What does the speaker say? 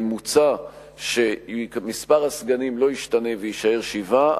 מוצע שמספר הסגנים לא ישתנה ויישאר שבעה,